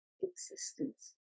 existence